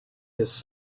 his